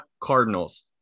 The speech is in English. Cardinals